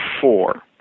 four